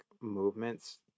movements